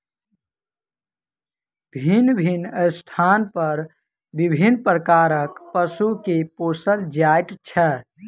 भिन्न भिन्न स्थान पर विभिन्न प्रकारक पशु के पोसल जाइत छै